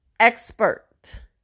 expert